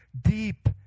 deep